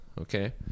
Okay